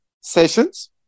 sessions